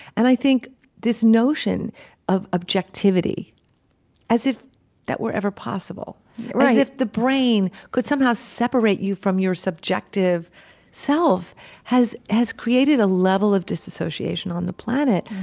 and i think this notion of objectivity as if that were ever possible right as if the brain could somehow separate you from your subjective self has has created a level of dissociation on the planet.